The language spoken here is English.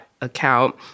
account